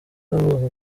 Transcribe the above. yavugaga